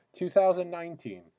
2019